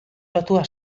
lotua